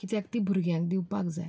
कित्याक ती भुरग्यांक दिवपाक जाय